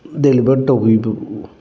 deliver ꯇꯧꯕꯤꯔꯛꯎ